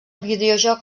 videojoc